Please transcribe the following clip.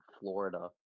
Florida